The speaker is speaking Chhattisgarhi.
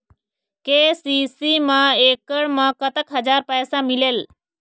के.सी.सी मा एकड़ मा कतक हजार पैसा मिलेल?